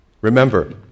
Remember